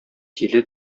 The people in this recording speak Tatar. тиле